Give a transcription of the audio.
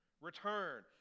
Return